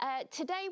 today